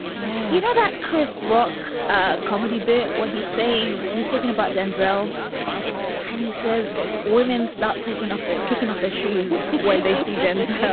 yeah. you know that chris rock ah comedy bit where he's saying he's talking about denzel and he says women start taking off the kicking off the shoes the way they see denzel. yeah